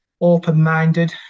open-minded